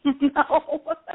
No